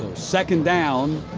second down.